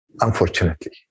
Unfortunately